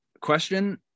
question